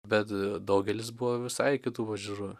bet daugelis buvo visai kitų pažiūrų